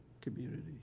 community